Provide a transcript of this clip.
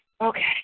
okay